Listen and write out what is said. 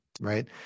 right